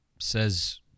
says